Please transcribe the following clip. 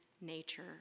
nature